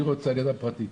אני אדם פרטי,